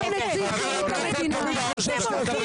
עמית הלוי --- חבר הכנסת טור פז,